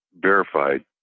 verified